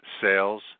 Sales